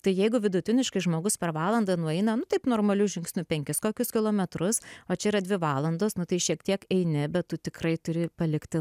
tai jeigu vidutiniškai žmogus per valandą nueina nu taip normaliu žingsniu penkis kokius kilometrus o čia yra dvi valandos nu tai šiek tiek eini bet tikrai turi palikti